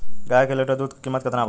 गाय के एक लीटर दूध कीमत केतना बा?